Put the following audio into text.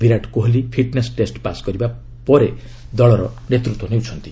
ବିରାଟ Kohli fitness test pass କରିବା ପରେ ଦଳର ନେତୃତ୍ୱ ନେଉଛନ୍ତି